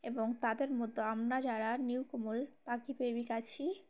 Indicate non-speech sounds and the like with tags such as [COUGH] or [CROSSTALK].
এবং তাদের মতো আমরা যারা নিউ [UNINTELLIGIBLE] পাখি প্রেমিক আছি